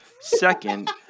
Second